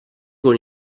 con